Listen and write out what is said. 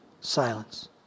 Silence